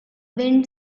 wind